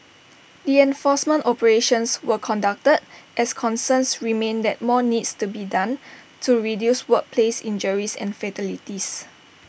the enforcement operations were conducted as concerns remain that more needs to be done to reduce workplace injuries and fatalities